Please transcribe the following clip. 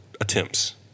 attempts